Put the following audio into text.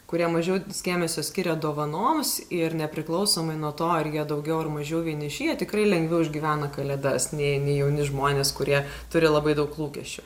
kurie mažiau dėmesio skiria dovanoms ir nepriklausomai nuo to ar jie daugiau ar mažiau vieniši jie tikrai lengviau išgyvena kalėdas nei nei jauni žmonės kurie turi labai daug lūkesčių